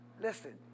listen